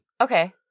Okay